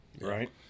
Right